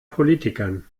politikern